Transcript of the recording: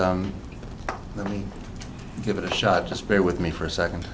let me give it a shot just bear with me for a second